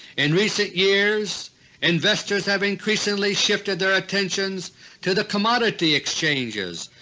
in recent years investors have increasingly shifted their attentions to the commodity exchanges,